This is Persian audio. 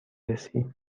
رسی